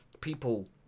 people